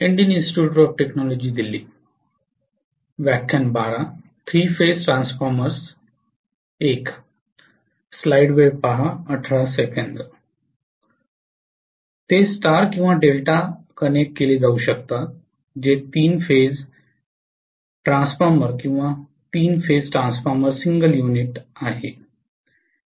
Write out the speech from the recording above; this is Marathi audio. ते स्टार किंवा डेल्टामध्ये कनेक्ट केले जाऊ शकतात जे तीन फेज ट्रान्सफॉर्मर किंवा तीन फेज ट्रान्सफॉर्मर सिंगल युनिट आहे